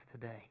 today